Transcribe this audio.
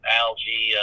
algae